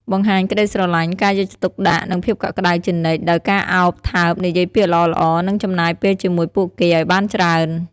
បង្ហាញក្តីស្រលាញ់ ការយកចិត្តទុកដាក់ និងភាពកក់ក្តៅជានិច្ច ដោយការឱប ថើប និយាយពាក្យល្អៗ និងចំណាយពេលជាមួយពួកគេឲ្យបានច្រើន។